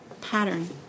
pattern